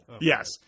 Yes